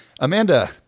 Amanda